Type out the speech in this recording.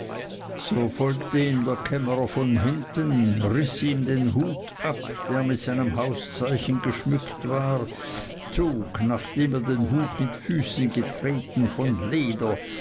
so folgte ihm der kämmerer von hinten riß ihm den hut ab der mit seinem hauszeichen geschmückt war zog nachdem er den hut mit füßen getreten von leder